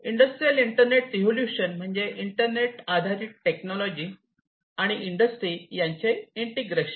industrial internet revolution म्हणजे internet आधारित technology आणि इंडस्ट्री यांचे इंटिग्रेशन